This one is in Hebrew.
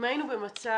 אם היינו במצב